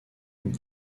une